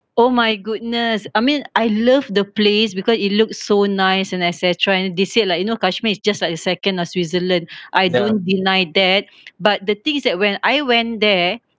oh my goodness I mean I love the place because it looks so nice and etcetera and they said like you know kashmir is just like a second of switzerland I don't deny that but the thing is that when I went there